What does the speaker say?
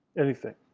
anything.